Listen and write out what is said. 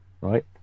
right